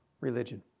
religion